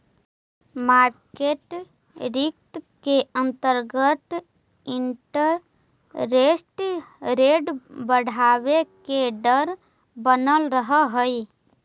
market risk के अंतर्गत interest rate बढ़वे के डर बनल रहऽ हई